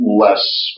Less